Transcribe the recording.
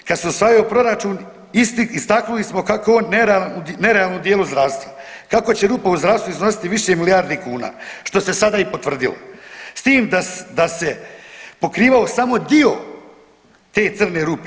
Kada se usvajao proračun istaknuli smo kako je on nerealan u dijelu zdravstva, kako će rupa u zdravstvu iznositi više milijardi kuna što se sada i potvrdilo s tim da se pokrivao samo dio te crne rupe.